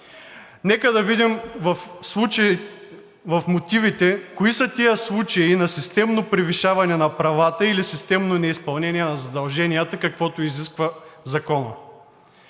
Нека да видим в мотивите кои са тези случаи на системно превишаване на правата или системно неизпълнение на задълженията, каквото изисква законът,